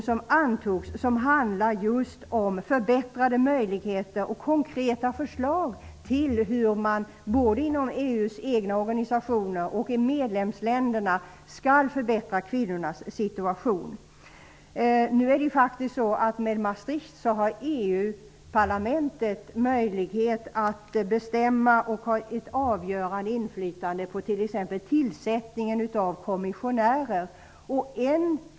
Den antagna resolutionen ger konkreta förslag till hur man kan förbättra kvinnornas situation både inom EU:s egna organisationer och i medlemsländerna. Genom Maastrichtavtalet har EU-parlamentet möjlighet till ett avgörande inflytande över t.ex. tillsättningen av kommissionärer.